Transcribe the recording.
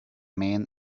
men